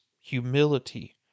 humility